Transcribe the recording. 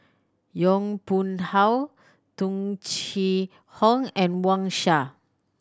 Yong Pung How Tung Chye Hong and Wang Sha